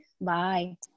Bye